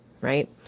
right